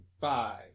Five